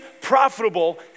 profitable